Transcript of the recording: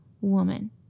woman